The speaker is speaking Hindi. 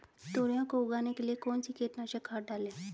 तोरियां को उगाने के लिये कौन सी कीटनाशक डालें?